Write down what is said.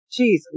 jeez